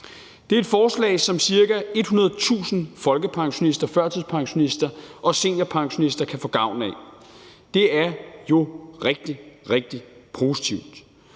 Det er et forslag, som ca. 100.000 folkepensionister, førtidspensionister og seniorpensionister kan få gavn af. Det er jo rigtig, rigtig positivt.